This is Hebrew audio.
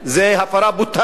זו הפרה בוטה,